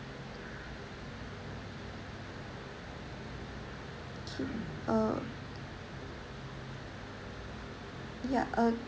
okay uh ya uh